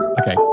Okay